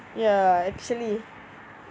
what ya actually